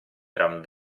gran